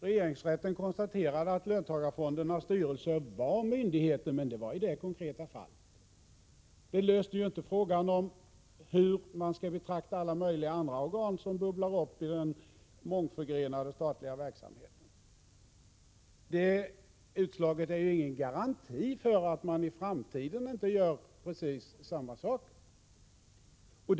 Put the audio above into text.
Regeringsrätten konstaterade att löntagarfondernas styrelser var myndigheter — men bara i detta konkreta fall. Det löste inte frågan om hur man skall betrakta alla möjliga andra organ som bubblar upp i den mångförgrenade statliga verksamheten. Detta utslag är ingen garanti för att man i framtiden inte gör precis samma sak som hände i fondfrågan.